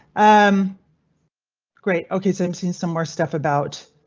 um great, ok, so i'm seeing some more stuff about.